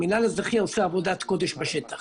המינהל האזרחי עושה עבודת קודש בשטח.